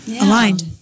aligned